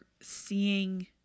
seeing